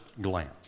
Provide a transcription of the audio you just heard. glance